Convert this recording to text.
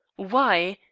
why,